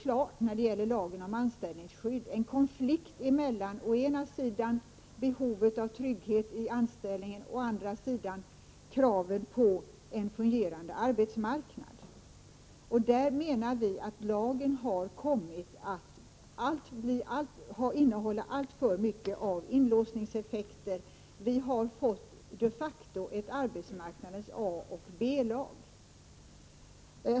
När det gäller lagen om anställningsskydd föreligger helt klart en konflikt mellan å ena sidan behovet av trygghet i anställningen och å andra sidan kravet på en fungerande arbetsmarknad, och vi menar att lagen har kommit att innehålla alltför mycket av inlåsningseffekter. Vi har de facto fått ett arbetsmarknadens A och B-lag.